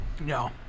No